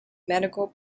medical